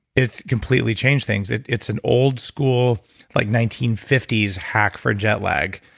it's completely changed things. it's an old school like nineteen fifty s hack for jet lag.